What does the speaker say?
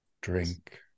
Drink